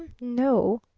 no!